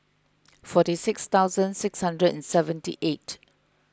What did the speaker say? forty six thousand six hundred and seventy eight